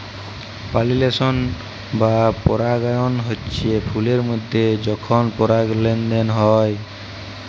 পালিলেশল বা পরাগায়ল হচ্যে ফুলের মধ্যে যখল পরাগলার লেলদেল হয়